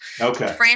Okay